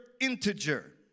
integer